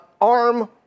ARM